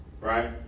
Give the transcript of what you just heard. right